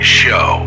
show